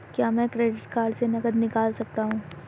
क्या मैं credit card से नकद निकाल सकता हूँ?